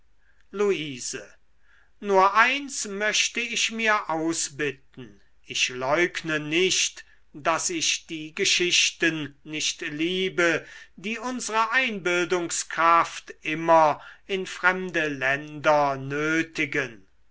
luise nur eins möchte ich mir ausbitten ich leugne nicht daß ich die geschichten nicht liebe die unsre einbildungskraft immer in fremde länder nötigen